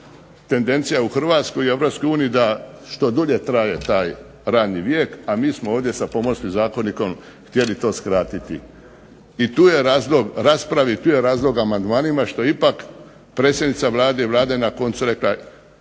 tendencija u Hrvatskoj i Europskoj uniji da što dulje traje taj radni vijek, a mi smo ovdje sa Pomorskim zakonom htjeli to skratiti. I tu je razlog raspravi, tu je razlog amandmanima, što je ipak predsjednica Vlade na koncu rekla